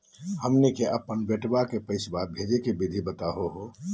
हमनी के अपन बेटवा क पैसवा भेजै के विधि बताहु हो?